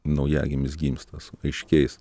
naujagimis gimsta su aiškiais